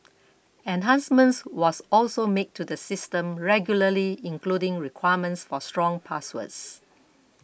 enhancements are also made to the system regularly including requirements for strong passwords